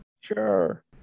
Sure